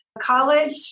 college